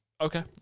Okay